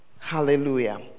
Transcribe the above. Hallelujah